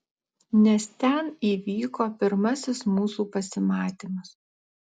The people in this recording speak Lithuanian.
nes ten įvyko pirmasis mūsų pasimatymas